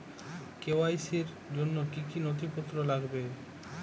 KYC র জন্য কি কি নথিপত্র লাগবে?